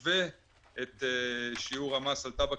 התשעט-2019 (השוואת שיעור מס הקנייה החל על טבק